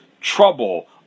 trouble